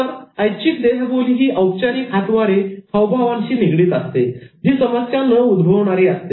तर ऐच्छिक देहबोली ही औपचारिक हातवारेहावभावांशी निगडित असते जी समस्या न उद्भवणारी असते